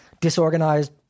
disorganized